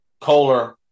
Kohler